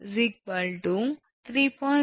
97 2 3